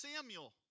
Samuel